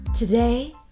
Today